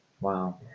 Wow